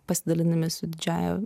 pasidalinami su didžiąja